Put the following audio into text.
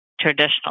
traditional